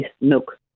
milk